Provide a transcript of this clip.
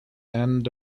end